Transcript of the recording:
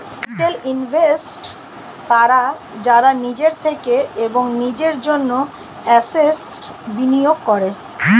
retail investors তারা যারা নিজের থেকে এবং নিজের জন্য অ্যাসেট্স্ বিনিয়োগ করে